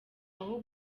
aho